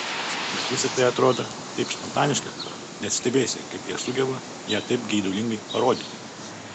bet visa tai atrodo taip spontaniška net stebiesi kaip jie sugeba ją taip geidulingai parodyti